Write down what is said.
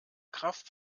kraft